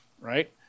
right